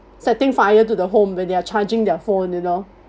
setting fire to the home where they are charging their phone you know